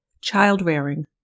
Child-rearing